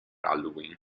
halloween